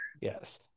Yes